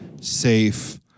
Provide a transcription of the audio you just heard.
safe